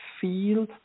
feel